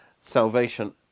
salvation